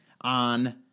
on